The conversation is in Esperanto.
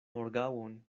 morgaŭon